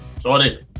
sorry